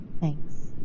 Thanks